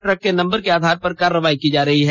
truck के number के आधार पर कार्रवाई की जा रही है